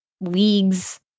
leagues